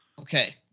Okay